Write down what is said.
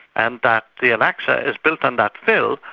and that the al-aqsa is built on that fill,